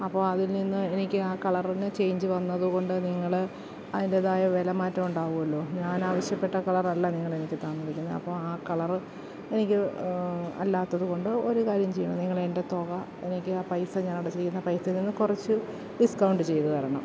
അപ്പോൾ അതിൽ നിന്ന് എനിക്ക് ആ കളറിന് ചേഞ്ച് വന്നതുകൊണ്ട് നിങ്ങൾ അതിൻറേതായ വില മാറ്റം ഉണ്ടാവുമല്ലോ ഞാൻ ആവശ്യപ്പെട്ട കളർ അല്ല നിങ്ങൾ എനിക്ക് തന്നിരിക്കുന്നത് അപ്പോൾ ആ കളർ എനിക്ക് അല്ലാത്തതുകൊണ്ട് ഒരു കാര്യം ചെയ്യണം നിങ്ങൾ അതിൻറെ തുക എനിക്ക് ആ പൈസ ഞാൻ അടച്ചിരിക്കുന്ന പൈസയിൽ നിന്ന് കുറച്ചു ഡിസ്കൗണ്ട് ചെയ്ത് തരണം